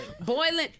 Boiling